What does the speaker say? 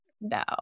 no